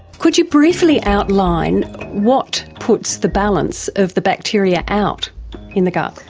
could you briefly outline what puts the balance of the bacteria out in the gut?